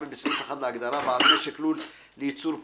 בסעיף 1 להגדרה: "בעל משק לול לייצור פטמים",